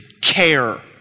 care